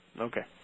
okay